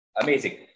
Amazing